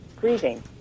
grieving